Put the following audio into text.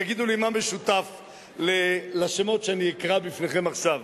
תגידו לי מה משותף לשמות שאני אקרא בפניכם עכשיו.